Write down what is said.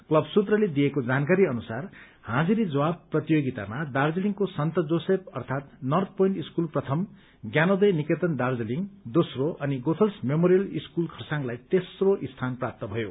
club सूत्रले दिएको जानकारी अनुसार हाजिरी जवाव प्रतियोगितामा दार्जीलिङको सन्त जोसेफ अर्यात नर्थ पोइन्ट स्कूल प्रथम ज्ञानोदय निकेतन दार्जीलिङ दोघ्रो अनि गोथल्स मेमोरियल स्कूल खरसाङलाई तेम्रो स्थान प्राप्त भयो